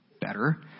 better